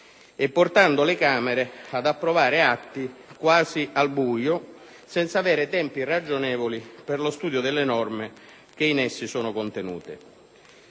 e portando le Camere ad approvare atti quasi al buio, senza avere tempi ragionevoli per lo studio delle norme in esso contenute.